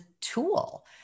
tool